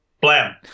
Blam